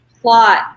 plot